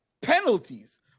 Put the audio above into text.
penalties